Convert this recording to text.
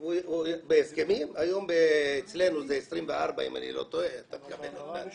בהסכמים, אצלנו זה 24 היום העברה ראשונה.